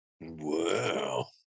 Wow